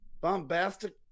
Bombastic